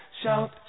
shout